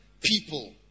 people